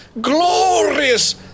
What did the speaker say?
glorious